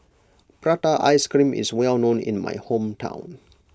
Prata Ice Cream is well known in my hometown